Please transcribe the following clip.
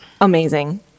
Amazing